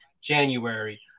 January